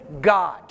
God